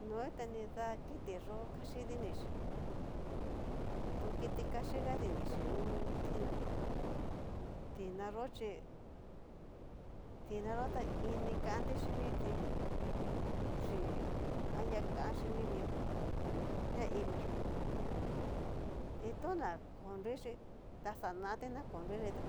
Noi ta nida kitiyó kaxi dinichí tu kiti kaxhiga dinixhí ngu tiná, tina yó chi ini kanti xhiniti xhin anria kan xhini mío, ñaiviyó chitoná kó nruiyi ta xanati na ko nruyi tá